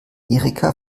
erika